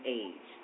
age